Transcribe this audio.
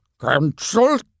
cancelled